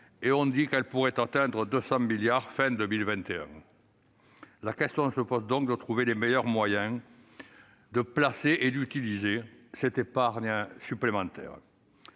en 2020, celle-ci pourrait atteindre 200 milliards d'euros à la fin de 2021. La question se pose donc de trouver les meilleurs moyens de placer et d'utiliser cette épargne supplémentaire.